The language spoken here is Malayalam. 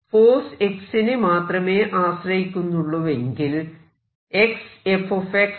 ഫോഴ്സ് x നെ മാത്രമേ ആശ്രയിക്കുന്നുള്ളുവെങ്കിൽ x f f x ആണ്